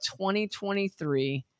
2023